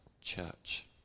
church